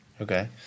Okay